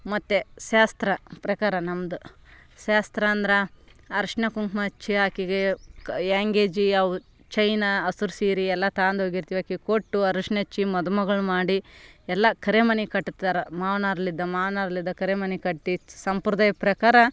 ಮತ್ತು ಶಾಸ್ತ್ರ ಪ್ರಕಾರ ನಮ್ದು ಶಾಸ್ತ್ರ ಅಂದ್ರೆ ಅರ್ಶಿಣ ಕುಂಕುಮ ಹಚ್ಚಿ ಆಕೆಗೆ ಚೈನ ಹಸ್ರ ಸೀರೆ ಎಲ್ಲ ತಗಂಡು ಹೋಗಿರ್ತೀವಿ ಆಕೆಗ್ ಕೊಟ್ಟು ಅರ್ಶಿಣ ಹಚ್ಚಿ ಮದುಮಗಳನ್ನು ಮಾಡಿ ಎಲ್ಲ ಕರೆಮಣಿ ಕಟ್ತಾರ ಮಾವ್ನಾರ್ಲಿದ್ದ ಮಾವ್ನಾರ್ಲಿದ್ದ ಕರೆಮಣಿ ಕಟ್ಟಿ ಸಂಪ್ರದಾಯ ಪ್ರಕಾರ